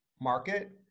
market